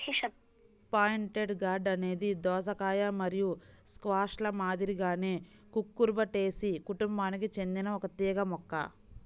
pointed gourd అనేది దోసకాయ మరియు స్క్వాష్ల మాదిరిగానే కుకుర్బిటేసి కుటుంబానికి చెందిన ఒక తీగ మొక్క